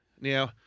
Now